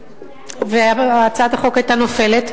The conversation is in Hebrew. והצעת החוק היתה נופלת,